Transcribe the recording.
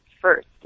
first